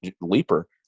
leaper